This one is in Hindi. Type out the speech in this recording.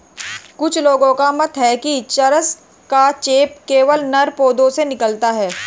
कुछ लोगों का मत है कि चरस का चेप केवल नर पौधों से निकलता है